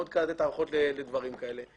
מאוד קל לתת הערכות לדברים כאלה.